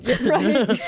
Right